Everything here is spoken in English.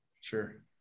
Sure